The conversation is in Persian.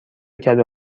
کدو